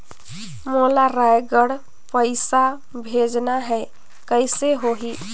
मोला रायगढ़ पइसा भेजना हैं, कइसे होही?